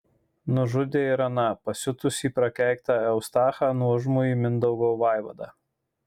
nužudė ir aną pasiutusį prakeiktą eustachą nuožmųjį mindaugo vaivadą